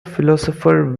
philosopher